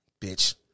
Bitch